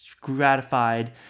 gratified